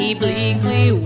bleakly